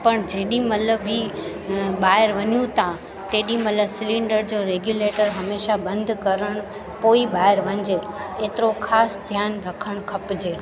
पाण जेॾीमहिल बि ॿाहिरि वञू था तेॾीमहिल सिलींडर जो रेग्युलेटर हमेशह बंदि करण पोइ ॿाहिरि वञिजे एतिरो ख़ासि ध्यानु रखणु खपिजे